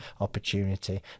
opportunity